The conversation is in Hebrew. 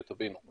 שתבינו.